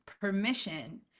permission